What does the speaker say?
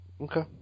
Okay